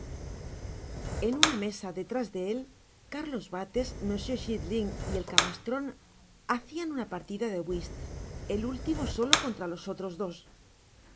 en una mesa detrás de él cárlos bates monsieur chitling y el camastron hacian una partida de wisl el último solo contra los otros dos su